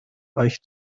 euch